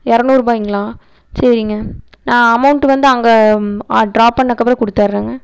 இரநூறுபாய்ங்களா சரிங்க நான் அமௌண்ட்டு வந்து அங்கே ட்ராப் பண்ணதுக்கப்புறம் கொடுத்துடுறங்க